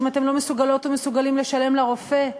אם אתם לא מסוגלות או מסוגלים לשלם לרופא,